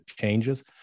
changes